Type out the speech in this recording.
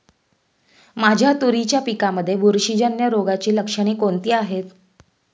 माझ्या तुरीच्या पिकामध्ये बुरशीजन्य रोगाची लक्षणे कोणती आहेत?